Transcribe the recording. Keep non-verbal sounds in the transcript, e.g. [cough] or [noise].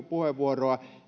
[unintelligible] puheenvuoroa